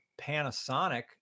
Panasonic